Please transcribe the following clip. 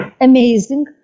amazing